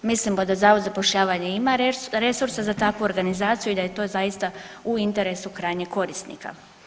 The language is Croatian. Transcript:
Mislimo da Zavod za zapošljavanje ima resursa za takvu organizaciju i da je to zaista u interesu krajnjeg korisnika.